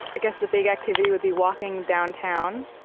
guess the big activity would be walking downtown,